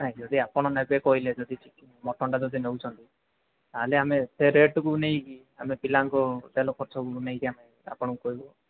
ନାଇଁ ଯଦି ଆପଣ ନେବେ କହିଲେ ଯଦି କିଛି ମଟନଟା ଯଦି ନେଉଛନ୍ତି ତାହେଲେ ଆମେ ଏତେ ରେଟକୁ ନେଇକି ଆମେ ପିଲାଙ୍କୁ ତେଲ ଖର୍ଚ୍ଚ ନେଇକି ଆମେ ଆପଣଙ୍କୁ କହିବୁ